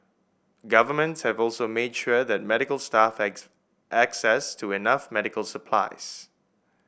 governments have also made sure that medical staff have access to enough medical supplies